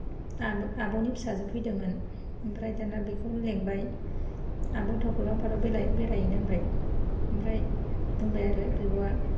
आ आब'नि फिसाजो फैदोंमोन ओमफ्राय दाना बेखौ लेंबाय आब' थौ गौरां पार्काव बेरायहैनो होनबाय ओमफ्राय बुंबाय आरो बिब'आ